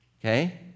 Okay